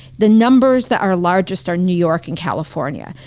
the numbers that are largest are new york and california.